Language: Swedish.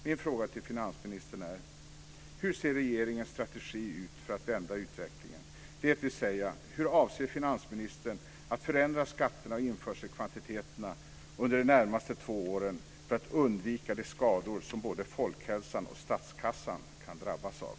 Min fråga till finansministern är: Hur ser regeringens strategi ut för att vända utvecklingen, dvs. hur avser finansministern att förändra skatterna och införselkvantiteterna under de närmaste två åren för att undvika de skador som både folkhälsan och statskassan kan drabbas av?